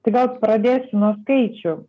tai gal pradėsiu nuo skaičių